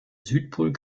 südpol